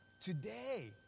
today